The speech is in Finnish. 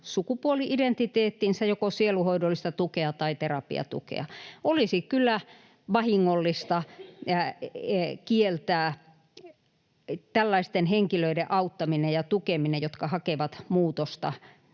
sukupuoli-identiteettiinsä joko sielunhoidollista tukea tai terapiatukea? Olisi kyllä vahingollista kieltää tällaisten henkilöiden auttaminen ja tukeminen, jotka hakevat muutosta